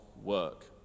work